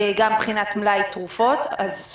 גם מבחינת מלאי תרופות.